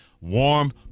warm